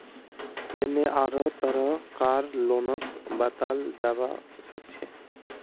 यन्ने आढ़ो तरह कार लोनक बताल जाबा सखछे